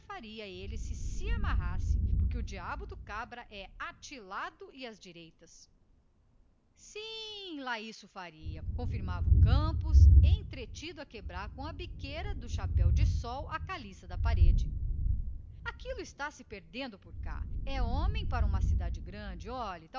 a dele se se amarrasse porque o cabra é atilado às direitas sim lá isso faria confirmou o campos entretido a quebrar a caliça da parede com a biqueira do chapéu de sol aquilo está se perdendo por cá é homem para uma cidade grande olhe